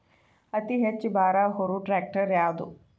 ಅತಿ ಹೆಚ್ಚ ಭಾರ ಹೊರು ಟ್ರ್ಯಾಕ್ಟರ್ ಯಾದು?